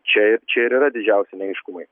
čia i čia ir yra didžiausi neaiškumai